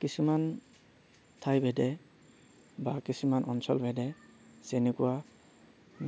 কিছুমান ঠাইভেদে বা কিছুমান অঞ্চলভেদে যেনেকুৱা